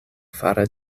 fare